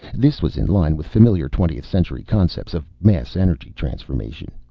this was in line with familiar twentieth-century concepts of mass-energy transformation.